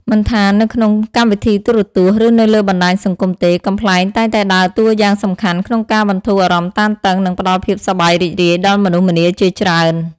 មិនថានៅក្នុងកម្មវិធីទូរទស្សន៍ ឬនៅលើបណ្ដាញសង្គមទេ កំប្លែងតែងតែដើរតួយ៉ាងសំខាន់ក្នុងការបន្ធូរ អារម្មណ៍តានតឹង និងផ្ដល់ភាពសប្បាយរីករាយដល់មនុស្សម្នាជាច្រើន។